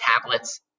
Tablets